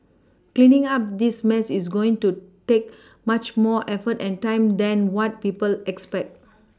cleaning up this mess is going to take much more effort and time than what people expect